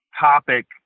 topic